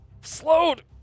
slowed